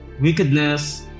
wickedness